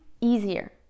easier